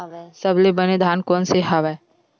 सबले बने धान कोन से हवय?